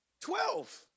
Twelve